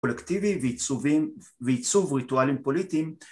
קולקטיבי ועיצובים ועיצוב ריטואלים פוליטיים